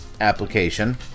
application